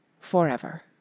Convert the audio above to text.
Forever